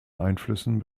einflüssen